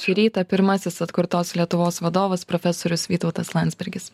šį rytą pirmasis atkurtos lietuvos vadovas profesorius vytautas landsbergis